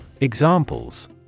Examples